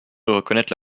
reconnaître